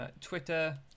twitter